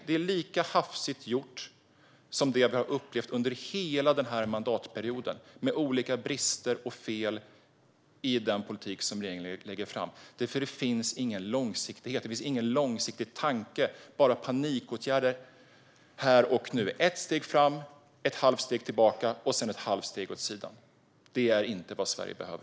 Det är lika hafsigt gjort som det andra vi har upplevt under hela den här mandatperioden, med olika brister och fel i den politik som regeringen lägger fram. Det finns ingen långsiktighet. Det finns ingen långsiktig tanke. Det är bara panikåtgärder här och nu - ett steg framåt, ett halvt steg tillbaka och sedan ett halvt steg åt sidan. Det är inte vad Sverige behöver.